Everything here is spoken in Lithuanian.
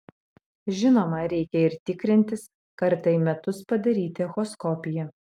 žinoma reikia ir tikrintis kartą į metus padaryti echoskopiją